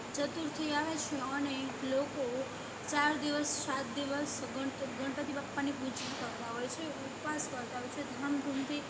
ચતુર્થી આવે છે અને લોકો ચાર દિવસ સાત દિવસ ગણપતિબાપાની પૂજા કરતા હોય છે ઉપવાસ કરતા હોય છે ધામધૂમથી